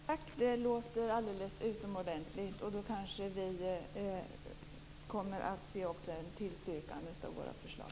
Fru talman! Tack, det låter alldeles utomordentligt. Då kanske vi också kommer att se en tillstyrkan av våra förslag.